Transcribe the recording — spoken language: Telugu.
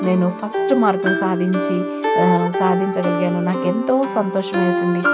నేను ఫస్ట్ మార్కులు సాధించి సాధించగలిగాను నాకు ఎంతో సంతోషం వేసింది